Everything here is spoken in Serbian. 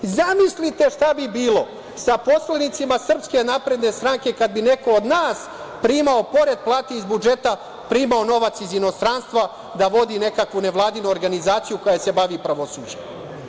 Zamislite šta bi bilo sa poslanicima SNS kada bi neko od nas primao pored plate iz budžeta i novac iz inostranstva da vodi nekakvu nevladinu organizaciju koja se bavi pravosuđem.